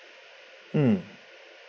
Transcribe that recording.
mm